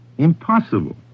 Impossible